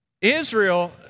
Israel